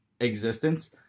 existence